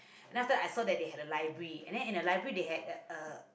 then after that I saw that they had the library and then in the library they had a